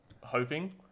hoping